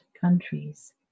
countries